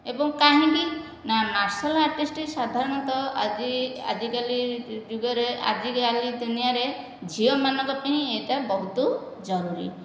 ଏବଂ କାହିଁକି ନା ମାର୍ଶଲ ଆର୍ଟିସ୍ଟ ସାଧାରଣତଃ ଆଜିକାଲି ଯୁଗରେ ଆଜିକାଲି ଦୁନିଆରେ ଝିଅମାନଙ୍କ ପାଇଁ ଏହିଟା ବହୁତ ଜରୁରୀ